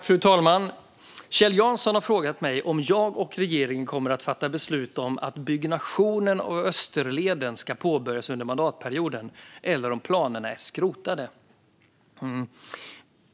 Fru talman! Kjell Jansson har frågat mig om jag och regeringen kommer att fatta beslut om att byggnationen av Österleden ska påbörjas under mandatperioden, eller om planerna är skrotade.